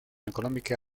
económica